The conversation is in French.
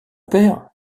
père